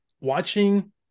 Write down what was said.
watching